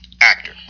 actor